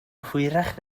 hwyrach